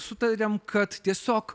sutarėm kad tiesiog